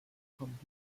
kommt